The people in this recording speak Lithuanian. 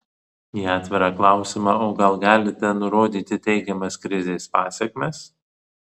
į atvirą klausimą o gal galite nurodyti teigiamas krizės pasekmes